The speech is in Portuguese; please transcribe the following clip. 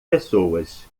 pessoas